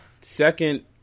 Second